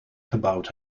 gebouwd